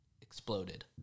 exploded